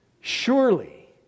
Surely